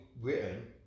written